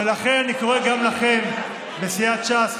ולכן אני קורא גם לכם מסיעת ש"ס,